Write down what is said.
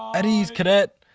at ease, cadet,